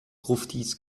gruftis